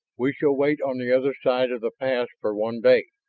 we shall wait on the other side of the pass for one day,